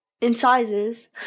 incisors